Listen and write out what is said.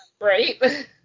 Right